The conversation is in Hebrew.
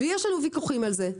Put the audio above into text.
ויש לנו ויכוחים על זה.